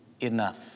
enough